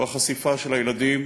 הוא החשיפה של הילדים,